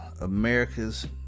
America's